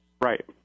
Right